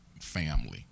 family